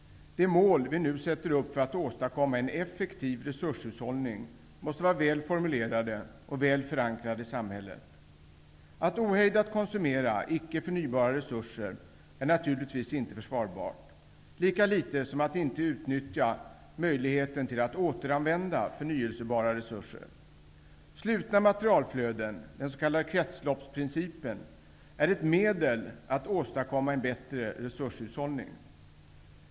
De mål vi nu sätter upp för att åstadkomma en effektiv resurshushållning måste vara väl formulerade och väl förankrade i samhället. Att ohejdat konsumera icke förnyelsebara resurser är naturligtvis inte försvarbart, lika litet som att inte utnyttja möjligheten till att återanvända förnyelsebara resurser. Slutna materialflöden -- den s.k. kretsloppsprincipen -- är ett medel att åstadkomma en bättre resurshushållning.